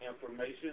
information